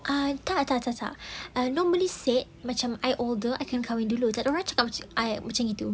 I tak tak tak tak I normally said macam I older I can kahwin dulu tak ada orang cakap I cakap macam gitu